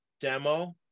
demo